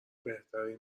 بهترین